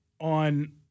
on